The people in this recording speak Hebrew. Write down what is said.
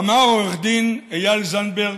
אמר עו"ד איל זנדברג,